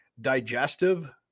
digestive